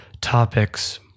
topics